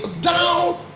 down